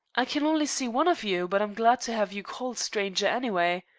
i can only see one of you, but i'm glad to have you call, stranger, anyway.